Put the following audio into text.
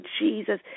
Jesus